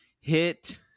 hit